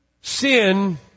sin